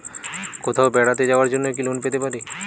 কোথাও বেড়াতে যাওয়ার জন্য কি লোন পেতে পারি?